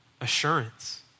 assurance